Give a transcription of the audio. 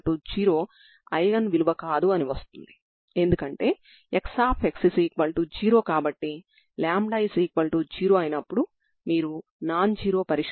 దీని నుండి విలువలు వాస్తవసంఖ్యలు అవుతాయి అంటే λ2 λ0 లేదా λ 2 అవుతుంది ఇక్కడ μ0 సరేనా